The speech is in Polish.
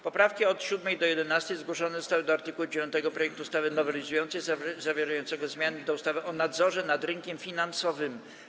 Poprawki od 7. do 11. zgłoszone zostały do art. 9 projektu ustawy nowelizującej zawierającego zmiany do ustawy o nadzorze nad rynkiem finansowym.